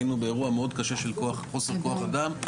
היינו באירוע מאוד קשה של חוסר כוח אדם.